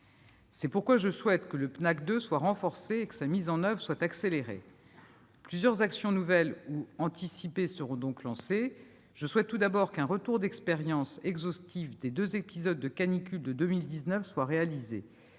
C'est pourquoi je souhaite que le Pnacc 2 soit renforcé et que sa mise en oeuvre soit accélérée. Plusieurs actions nouvelles ou anticipées seront donc lancées. Je souhaite tout d'abord qu'un retour d'expérience exhaustif des deux épisodes de canicule de 2019 soit réalisé.